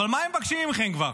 אבל מה הם מבקשים מכם כבר?